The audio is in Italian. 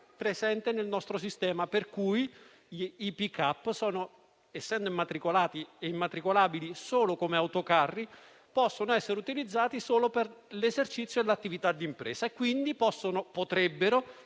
presente nel nostro sistema per cui i *pickup*, essendo immatricolabili solo come autocarri, possono essere utilizzati solo per l'esercizio dell'attività di impresa e, quindi, potrebbero